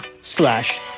slash